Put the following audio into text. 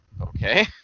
Okay